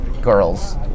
girls